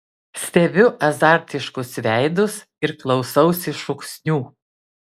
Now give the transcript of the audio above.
stebiu azartiškus veidus ir klausausi šūksnių